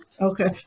Okay